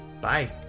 bye